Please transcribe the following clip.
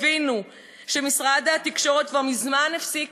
הבינו שמשרד התקשורת כבר מזמן הפסיק